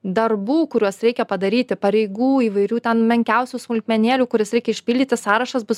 darbų kuriuos reikia padaryti pareigų įvairių ten menkiausių smulkmenėlių kurias reikia išpildyti sąrašas bus